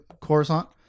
Coruscant